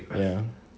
ya